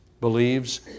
believes